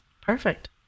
perfect